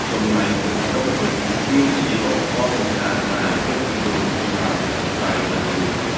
ចំណែកកន្ទ្រឹមវិញ វាជាឧបករណ៍នេសាទដែលពេញនិយមសម្រាប់ចាក់ត្រីដែលពួន។